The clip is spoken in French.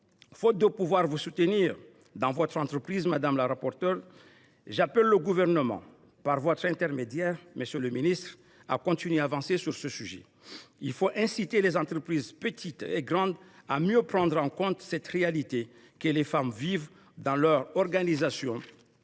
faute de pouvoir vous soutenir dans votre entreprise, madame la rapporteure, j’appelle le Gouvernement, par votre intermédiaire, monsieur le ministre, à continuer d’avancer sur ce sujet. Il faut inciter les entreprises, petites et grandes, à mieux prendre en compte la réalité vécue par les femmes dans l’organisation